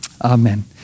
Amen